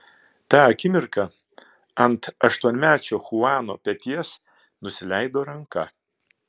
tą akimirką ant aštuonmečio chuano peties nusileido ranka